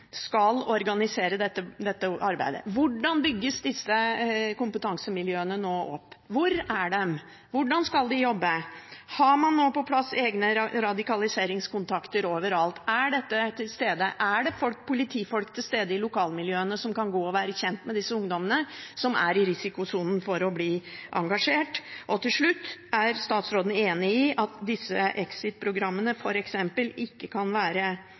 Hvordan skal de jobbe? Har man nå på plass egne radikaliseringskontakter overalt? Er dette til stede? Er det politifolk til stede i lokalmiljøene som kan gå og bli kjent med disse ungdommene som er i risikosonen for å bli engasjert? Og til slutt: Er statsråden enig i at disse exit-programmene f.eks. ikke kan være